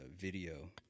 video